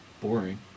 Boring